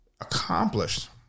accomplished